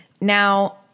Now